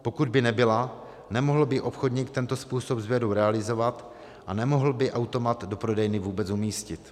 Pokud by nebyla, nemohl by obchodník tento způsob sběru realizovat a nemohl by automat do prodejny vůbec umístit.